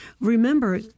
remember